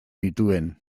nituen